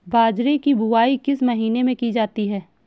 बाजरे की बुवाई किस महीने में की जाती है?